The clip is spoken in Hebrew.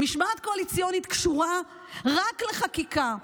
משמעת קואליציונית קשורה רק לחקיקה.